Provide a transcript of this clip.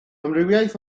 amrywiaeth